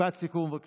משפט סיכום, בבקשה.